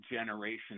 generation